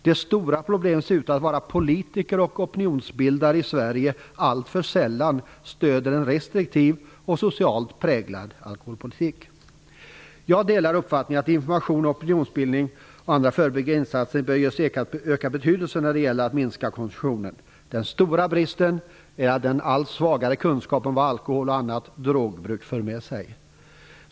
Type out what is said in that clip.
Det stora problemet ser ut att vara att politiker och opinionsbildare i Sverige alltför sällan stöder en restriktiv och socialt präglad alkoholpolitik. Jag delar uppfattningen att information, opinionsbildning och andra förebyggande insatser bör ges ökad betydelse när det gäller att minska alkoholkonsumtionen. Den stora bristen är den allt svagare kunskapen om vad alkohol och annat drogbruk för med sig.